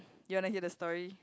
you wanna hear the story